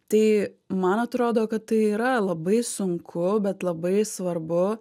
tai man atrodo kad tai yra labai sunku bet labai svarbu